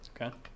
Okay